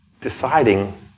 deciding